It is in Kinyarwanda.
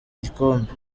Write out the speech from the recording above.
igikombe